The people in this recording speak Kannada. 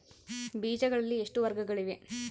ಬೇಜಗಳಲ್ಲಿ ಎಷ್ಟು ವರ್ಗಗಳಿವೆ?